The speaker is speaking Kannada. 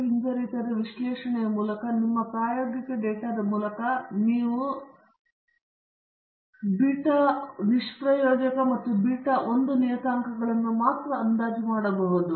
ಆದ್ದರಿಂದ ರೇಖಾತ್ಮಕ ಹಿಂಜರಿತದ ವಿಶ್ಲೇಷಣೆಯ ಮೂಲಕ ಮತ್ತು ನಿಮ್ಮ ಪ್ರಾಯೋಗಿಕ ಡೇಟಾದ ಮೂಲಕ ನಾವು ಬೀಟಾ ನಿಷ್ಪ್ರಯೋಜಕ ಮತ್ತು ಬೀಟಾ 1 ನಿಯತಾಂಕಗಳನ್ನು ಮಾತ್ರ ಅಂದಾಜು ಮಾಡಬಹುದು